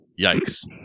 Yikes